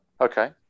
Okay